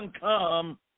come